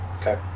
Okay